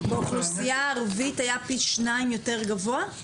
באוכלוסייה ערבית היה פי שניים יותר גבוה?